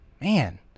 Man